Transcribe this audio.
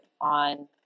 on